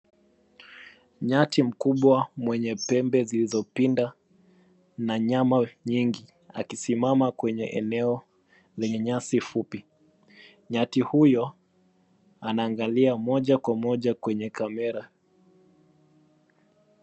Nyati mkubwa mwenye pembe zilizopinda na nyama nyingi akisimama kwenye eneo lenye nyasi fupi. Nyati huyo anaangalia moja kwa moja kwenye kamera.